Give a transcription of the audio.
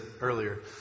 earlier